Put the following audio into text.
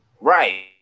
right